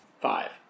Five